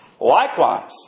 Likewise